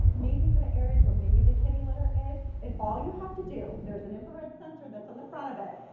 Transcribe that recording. amazing for the areas where maybe the kitty litter is. and all you have to do, there is an infrared sensor on the front of it.